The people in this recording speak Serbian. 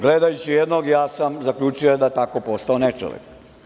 Gledajući jednog ja sam zaključio da je tako postao nečovek.